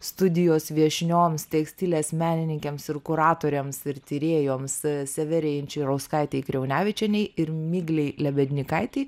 studijos viešnioms tekstilės menininkėms ir kuratoriams ir tyrėjoms severijai inčirauskaitei kriaunevičienei ir miglei lebednykaitė